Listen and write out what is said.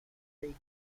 they